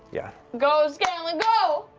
yeah go, scanlan, go!